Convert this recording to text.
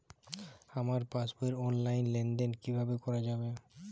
আমার পাসবই র অনলাইন লেনদেন কিভাবে করা যাবে?